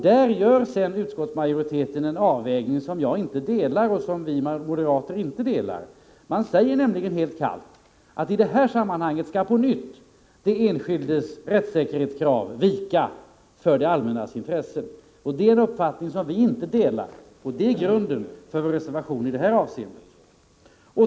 Där gör utskottmajoriteten en avvägning som vi moderater inte instämmer i. Man säger helt kallt att i detta sammanhang skall på nytt den enskildes rättssäkerhetskrav vika för det allmännas intressen. Det är en uppfattning som vi inte delar, och den är grunden till vår reservation i detta avseende.